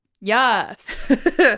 Yes